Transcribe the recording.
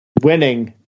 winning